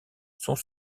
sont